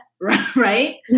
right